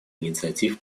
инициатив